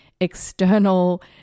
external